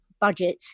budget